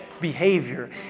behavior